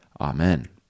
Amen